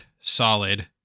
solid